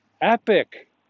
Epic